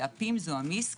ה-MISK,